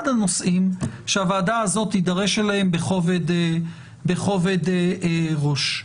הנושאים שהוועדה הזאת תידרש אליהם בכובד ראש.